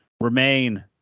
remain